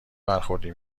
برخوردی